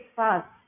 fast